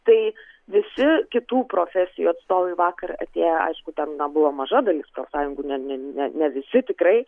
tai visi kitų profesijų atstovai vakar atėję aišku ten na buvo maža dalis profsąjungų ne ne ne visi tikrai